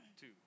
Two